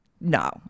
no